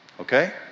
okay